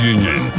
Union